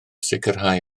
sicrhau